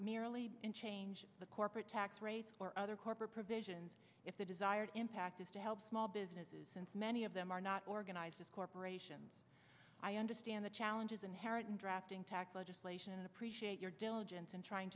merely change the corporate tax rate or other corporate provisions if the desired impact is to help small businesses since many of them are not organized as corporations i understand the challenges inherent in drafting tax legislation appreciate your diligence in trying